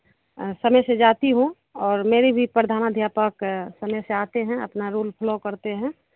समय से जाती हूँ और मेरी भी प्रधानाध्यापक समय से आते हैं अपना रूल फ्लो करते हैं